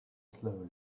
slowly